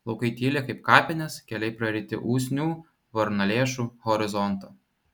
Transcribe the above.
laukai tyli kaip kapinės keliai praryti usnių varnalėšų horizonto